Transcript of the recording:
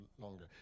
longer